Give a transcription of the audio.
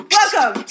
Welcome